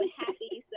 happy